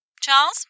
Charles